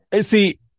See